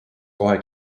kohe